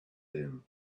din